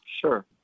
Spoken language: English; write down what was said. Sure